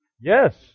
Yes